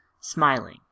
smiling